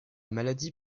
maladie